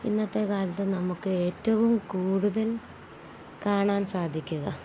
ഇന്നത്തെ കാലത്തു നമുക്ക് ഏറ്റവും കൂടുതൽ കാണാൻ സാധിക്കുക